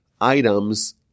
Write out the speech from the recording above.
items